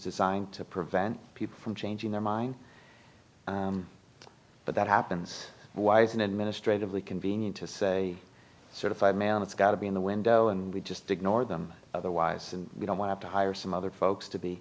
designed to prevent people from changing their mind but that happens wise and administratively convenient to say sort of i man it's got to be in the window and we just ignore them otherwise and we don't want to hire some other folks to be